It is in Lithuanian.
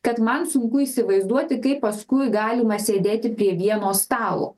kad man sunku įsivaizduoti kaip paskui galima sėdėti prie vieno stalo